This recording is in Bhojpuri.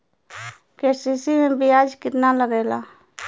के.सी.सी में ब्याज कितना लागेला?